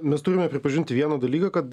mes turime pripažinti vieną dalyką kad